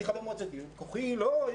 אני חבר מועצת עיר אבל כוחי לא גדול,